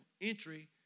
entry